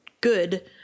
good